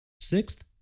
Sixth